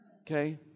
Okay